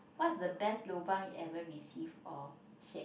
what's the best lobang you ever received or shared